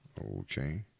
Okay